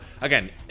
again